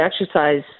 exercise